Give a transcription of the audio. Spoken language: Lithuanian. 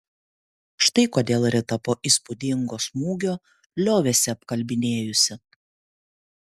štai kodėl rita po įspūdingo smūgio liovėsi apkalbinėjusi